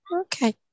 Okay